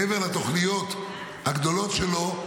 מעבר לתוכניות הגדולות שלו,